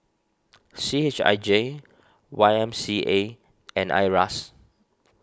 C H I J Y M C A and Iras